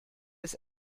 bis